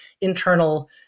internal